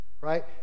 Right